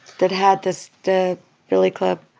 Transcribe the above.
that had this the billy club.